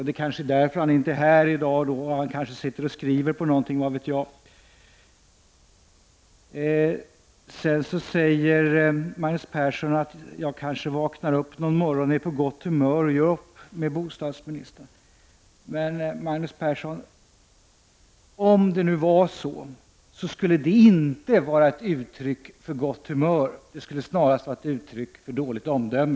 Det är kanske därför han inte är här i dag, och han kanske sitter och skriver på något, vad vet jag, sade Magnus Persson. Han sade också att jag kanske vaknar upp någon morgon och är på gott humör och gör upp med bostadsministern. Men, Magnus Persson, om det skulle bli på det sättet, så skulle det inte vara uttryck för något gott humör — det skulle snarast vara uttryckt för dåligt omdöme!